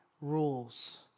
rules